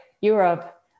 Europe